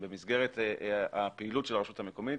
שבמסגרת הפעילות של הרשות המקומית